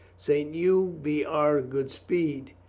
st. hugh be our good speed!